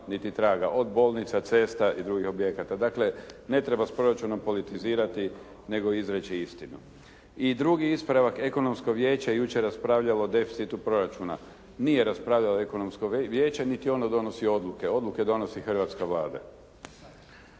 niti traga od bolnica, cesta i drugih objekata. Dakle, ne treba s proračunom politizirati nego izreći istinu. I drugi ispravak, Ekonomsko vijeće jučer je raspravljalo o deficitu proračuna. Nije raspravljalo Ekonomsko vijeće niti ono donosi odluke. Odluke donosi hrvatska Vlada.